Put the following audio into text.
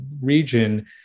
region